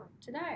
today